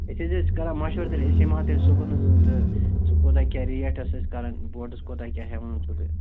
أسۍ حظ ٲسۍ کران مشوَرٕ تیٚلہِ أسۍ یِمہٕ ہاو تیٚلہِ صُبحَنَس تہٕ ژٕ کوٗتاہ کیٛاہ ریٹ ٲس اَسہِ کَرٕنۍ بوٹَس کوٗتاہ کیٛاہ ہٮ۪وان چھُو تُہۍ